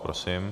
Prosím.